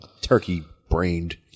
turkey-brained